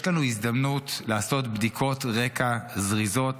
יש לנו הזדמנות לעשות בדיקות רקע זריזות